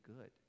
good